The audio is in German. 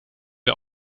wir